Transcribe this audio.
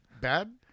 bad